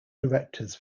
directors